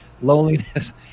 loneliness